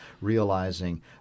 realizing